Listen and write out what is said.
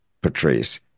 Patrice